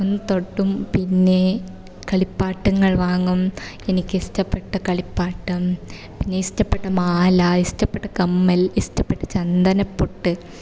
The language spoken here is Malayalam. ഒന്ന് തൊട്ടും പിന്നെ കളിപ്പാട്ടങ്ങൾ വാങ്ങും എനിക്കിഷ്ടപ്പെട്ട കളിപ്പാട്ടം ഇഷ്ടപ്പെട്ട മാല ഇഷ്ടപ്പെട്ട കമ്മൽ ഇഷ്ടപ്പെട്ട ചന്ദനപ്പൊട്ട്